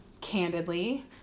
candidly